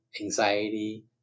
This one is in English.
anxiety